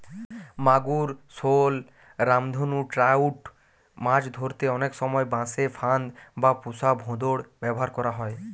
মাগুর, শল, রামধনু ট্রাউট মাছ ধরতে অনেক সময় বাঁশে ফাঁদ বা পুশা ভোঁদড় ব্যাভার করা হয়